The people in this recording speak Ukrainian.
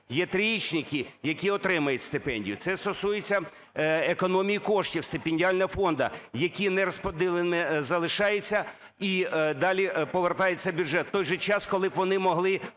є трієчники, які отримують стипендію. Це стосується економії коштів стипендіального фонду, які нерозподіленими залишаються і далі повертаються в бюджет, в той же час, коли б вони могли,